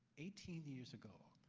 eighteen years ago,